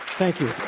thank you.